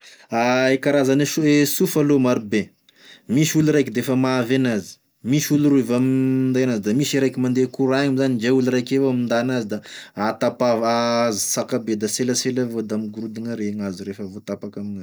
E karazane so- e sofa aloha maro be, misy olo araiky defa mahavy anazy, misy olo roy vao minday anazy, da misy raiky mandeha courant igny zany ndre olo raika avao minda anay da a tapa zakabe da selasela avao da amign'ny gorodogny ary gn'azo refa voatapaky aminazy.